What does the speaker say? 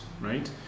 right